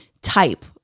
type